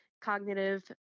cognitive